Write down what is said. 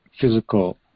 physical